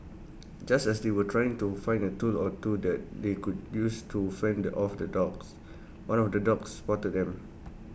just as they were trying to find A tool or two that they could use to fend off the dogs one of the dogs spotted them